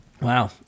Wow